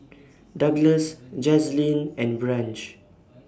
Douglas Jazlene and Branch